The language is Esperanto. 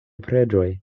preĝoj